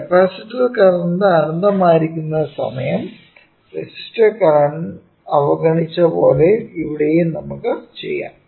capacitor current അനന്തമായിരുന്ന സമയം resistor currents അവഗണിച്ച പോലെ ഇവിടെയും നമുക്ക് ചെയ്യാം